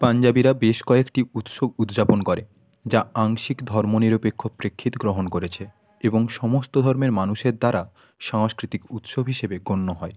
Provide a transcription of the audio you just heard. পাঞ্জাবিরা বেশ কয়েকটি উৎসব উদযাপন করে যা আংশিক ধর্মনিরপেক্ষ প্রেক্ষিত গ্রহণ করেছে এবং সমস্ত ধর্মের মানুষের দ্বারা সাংস্কৃতিক উৎসব হিসেবে গণ্য হয়